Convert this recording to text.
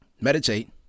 Meditate